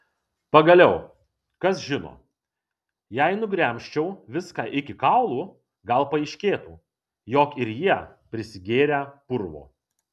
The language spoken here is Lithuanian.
pagaliau kas žino jei nugremžčiau viską iki kaulų gal paaiškėtų jog ir jie prisigėrę purvo